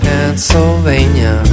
Pennsylvania